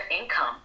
income